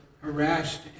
harassed